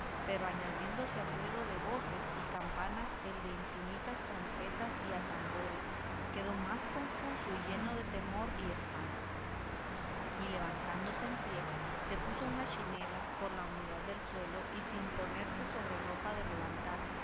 pero añadiéndose al ruido de voces y campanas el de infinitas trompetas y atambores quedó más confuso y lleno de temor y espanto y levantándose en pie se puso unas chinelas por la humedad del suelo y sin ponerse sobrerropa de levantar